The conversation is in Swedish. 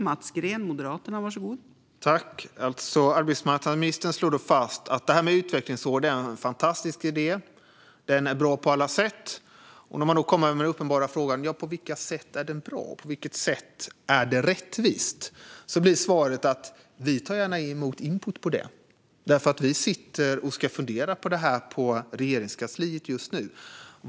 Fru talman! Arbetsmarknadsministern slår fast att utvecklingsåret är en fantastisk idé som är bra på alla sätt. Men när jag ställer den uppenbara frågan på vilket sätt det är bra och rättvist blir svaret: Vi tar gärna emot input, för vi sitter just nu och funderar på detta på Regeringskansliet.